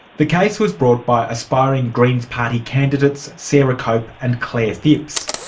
the case was brought by aspiring greens party candidates sarah cope and clare phipps.